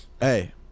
Hey